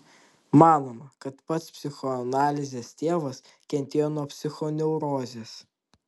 manoma kad pats psichoanalizės tėvas kentėjo nuo psichoneurozės